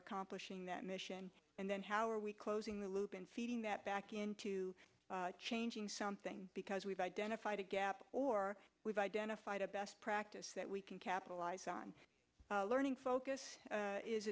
accomplishing that mission and then how are we closing the loop and feeding that back into changing something because we've identified a gap or we've identified a best practice that we can capitalize on learning focus